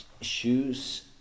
shoes